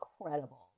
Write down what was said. Incredible